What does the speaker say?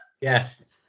yes